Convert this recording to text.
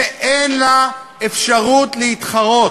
שאין לה אפשרות להתחרות,